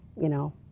you know,